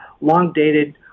long-dated